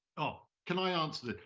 oh, can i answer this?